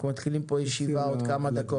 אנחנו מתחילים פה ישיבה עוד כמה דקות.